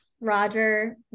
Roger